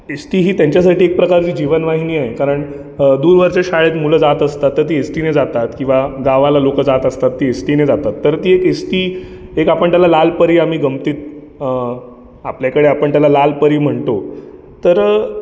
S T ही त्यांच्यासाठी एक प्रकारची जीवनवाहिनी आहे कारण दूरवरच्या शाळेत मुलं जात असतात तर ती एस टीने जातात किवा गावाला लोकं जात असतात ती एस टीने जातात तर ती एक एस टी एक आपण त्याला लाल परी आम्ही गमतीत आपल्याकडे आपण त्याला लाल परी म्हणतो तर